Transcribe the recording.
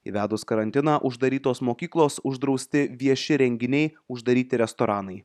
įvedus karantiną uždarytos mokyklos uždrausti vieši renginiai uždaryti restoranai